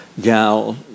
gal